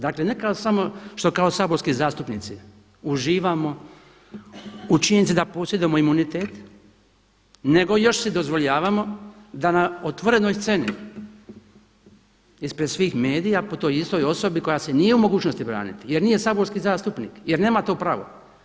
Dakle, ne samo što samo kao saborski zastupnici uživamo u činjenici da posjedujemo imunitet nego još si dozvoljavamo da na otvorenoj sceni ispred svih medija po toj istoj osobi koja se nije u mogućnosti braniti jer nije saborski zastupnik jer nema to pravo.